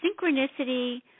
synchronicity